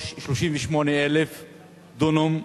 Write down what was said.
38,000 דונם,